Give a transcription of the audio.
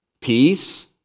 peace